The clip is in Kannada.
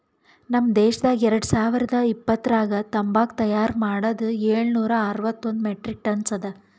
ನಮ್ ದೇಶದಾಗ್ ಎರಡು ಸಾವಿರ ಇಪ್ಪತ್ತರಾಗ ತಂಬಾಕು ತೈಯಾರ್ ಮಾಡದ್ ಏಳು ನೂರಾ ಅರವತ್ತೊಂದು ಮೆಟ್ರಿಕ್ ಟನ್ಸ್ ಅದಾ